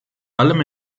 allem